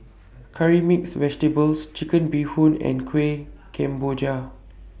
Curry Mixed Vegetables Chicken Bee Hoon and Kuih Kemboja